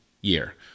year